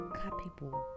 capable